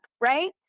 Right